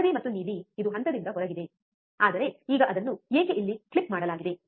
ಹಳದಿ ಮತ್ತು ನೀಲಿ ಇದು ಹಂತದಿಂದ ಹೊರಗಿದೆ ಆದರೆ ಈಗ ಅದನ್ನು ಏಕೆ ಇಲ್ಲಿ ಕ್ಲಿಪ್ ಮಾಡಲಾಗಿದೆ